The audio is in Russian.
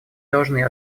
должны